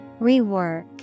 Rework